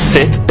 Sit